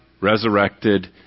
resurrected